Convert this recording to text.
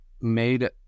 made